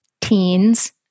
teens